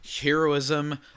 heroism